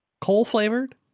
Coal-flavored